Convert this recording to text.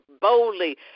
boldly